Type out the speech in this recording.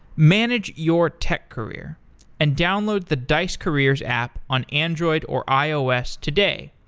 manage your tech career and download the dice careers app on android or ios today.